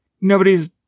nobody's